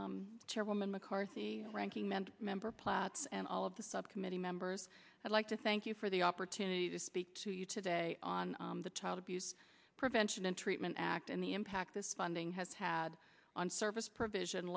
smith chairwoman mccarthy ranking member member plats and all of the subcommittee members i'd like to thank you for the opportunity to speak to you today on the child abuse prevention and treatment act and the impact this funding has had on service provision